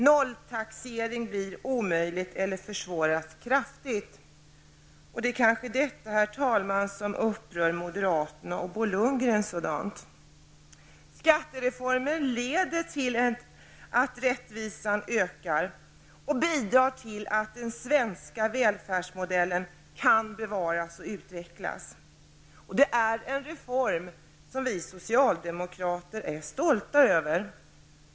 Nolltaxering blir omöjlig eller försvåras kraftigt. Det är kanske detta, herr talman, som upprör moderaterna och Bo Lundgren så dant. Skattereformen leder till att rättvisan ökar och bidrar till att den svenska välfärdsmodellen kan bevaras och utvecklas. Det är en reform som vi socialdemokrater är stolta över.